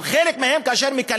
אבל כאשר חלק מהם מקללים